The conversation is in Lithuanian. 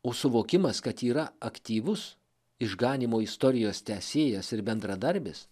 o suvokimas kad yra aktyvus išganymo istorijos tęsėjas ir bendradarbis